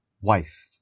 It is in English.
wife